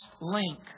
link